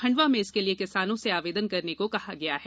खंडवा में इसके लिए किसानों से आवेदन करने को कहा गया है